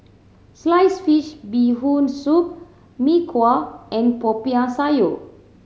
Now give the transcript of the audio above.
sliced fish Bee Hoon Soup Mee Kuah and Popiah Sayur